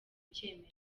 cyemezo